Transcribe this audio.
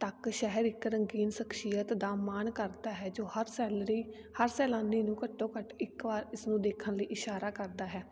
ਤੱਕ ਸ਼ਹਿਰ ਇੱਕ ਰੰਗੀਨ ਸ਼ਖਸ਼ੀਅਤ ਦਾ ਮਾਣ ਕਰਦਾ ਹੈ ਜੋ ਹਰ ਸੈਲਰੀ ਹਰ ਸੈਲਾਨੀ ਨੂੰ ਘੱਟੋ ਘੱਟ ਇੱਕ ਵਾਰ ਇਸਨੂੰ ਦੇਖਣ ਲਈ ਇਸ਼ਾਰਾ ਕਰਦਾ ਹੈ